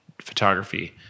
photography